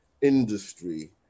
industry